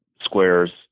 squares